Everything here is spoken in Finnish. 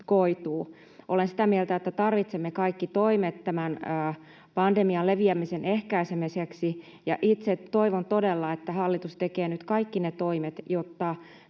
koituu. Olen sitä mieltä, että tarvitsemme kaikki toimet tämän pandemian leviämisen ehkäisemiseksi, ja itse toivon todella, että hallitus tekee nyt kaikki ne toimet, jotta